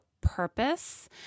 purpose